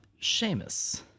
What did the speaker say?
Seamus